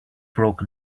broken